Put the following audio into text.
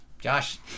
Josh